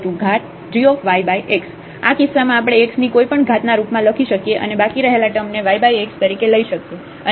fxyyxyxxxyx1yx1x 12 gyx આ કિસ્સામાં પણ આપણે x ની કોઈપણ ઘાત ના રૂપ માં લખી શકીએ અને બાકી રહેલા ટર્મને yx તરીકે લઇ શકીએ